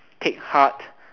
take heart